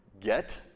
get